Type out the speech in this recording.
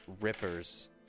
rippers